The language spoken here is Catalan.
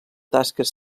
tasques